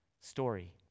story